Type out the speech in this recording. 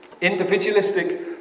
individualistic